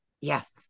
Yes